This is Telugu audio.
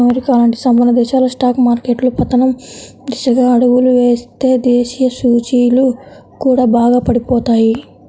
అమెరికా లాంటి సంపన్న దేశాల స్టాక్ మార్కెట్లు పతనం దిశగా అడుగులు వేస్తే దేశీయ సూచీలు కూడా బాగా పడిపోతాయి